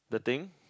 the thing